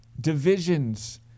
divisions